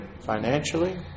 financially